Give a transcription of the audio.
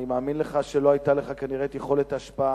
אני מאמין לך שלא היתה לך כנראה יכולת ההשפעה